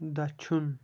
دٔچھُن